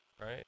right